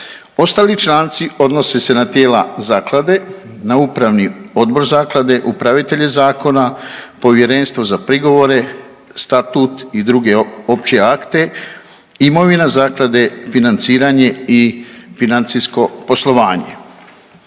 Ostali članci odnose na tijela zaklade, na upravni odbor zaklade, upravitelje zakona, povjerenstvo za prigovore, statut i druge opće akte, imovina zaklade, financiranje i financijsko poslovanje.